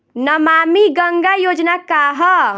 नमामि गंगा योजना का ह?